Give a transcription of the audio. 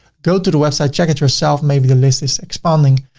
go to the website, check it herself, maybe the list is expanding.